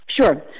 Sure